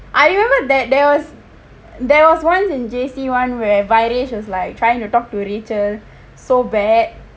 I remember that there was there was once in J_C one when viresh was trying to talk to rachel so bad